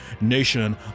nation